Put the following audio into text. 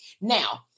Now